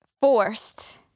forced